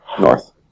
North